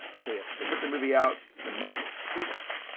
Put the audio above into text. so, yes, they put the movie out. the market speaks.